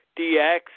DX